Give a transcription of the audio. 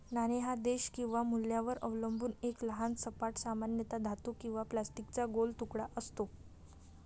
नाणे हा देश किंवा मूल्यावर अवलंबून एक लहान सपाट, सामान्यतः धातू किंवा प्लास्टिकचा गोल तुकडा असतो